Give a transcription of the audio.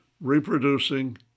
reproducing